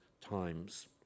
times